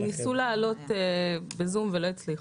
ניסו להעלות ב-זום ולא הצליחו.